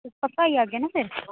पक्का आई आगे ना फिर